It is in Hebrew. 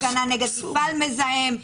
הגפנה נגד מפעל מזהם,